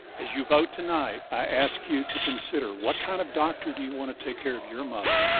as you vote tonight, i ask you to consider what kind of doctor do you want to take care of your mother,